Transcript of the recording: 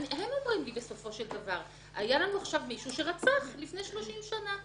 היה עכשיו מישהו שרצח לפני 30 שנה.